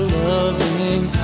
loving